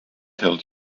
held